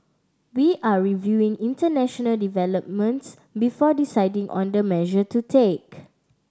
we are reviewing international developments before deciding on the measure to take